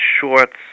shorts